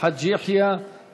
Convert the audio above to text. חכים חאג' יחיא.